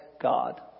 God